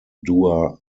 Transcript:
duer